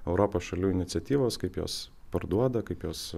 europos šalių iniciatyvos kaip jos parduoda kaip jos